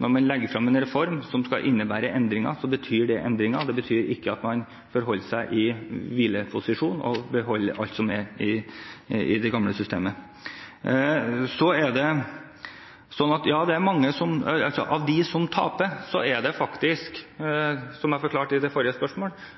når man legger frem en reform som innebærer endringer, så betyr det endringer, det betyr ikke at man forholder seg i hvileposisjon og beholder alt som er i det gamle systemet. Av de som taper, er det, som jeg forklarte i det